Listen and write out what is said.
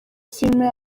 filime